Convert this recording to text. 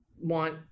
want